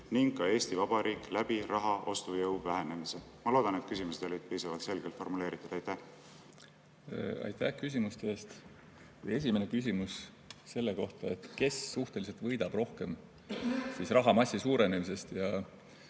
ning ka Eesti Vabariik raha ostujõu vähenemise tõttu. Ma loodan, et küsimused olid piisavalt selgelt formuleeritud. Aitäh küsimuste eest! Esimene küsimus oli selle kohta, kes suhteliselt võidab rohkem rahamassi suurenemisest ja